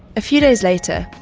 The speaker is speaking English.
a few days later,